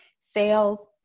sales